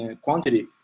quantity